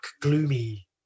gloomy